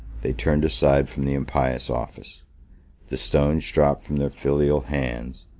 they turned aside from the impious office the stones dropped from their filial hands,